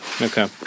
Okay